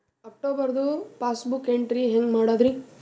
ಅಕ್ಟೋಬರ್ದು passbook entry ಹೆಂಗ್ ಮಾಡದ್ರಿ?